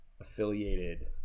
affiliated